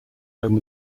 home